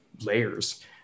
layers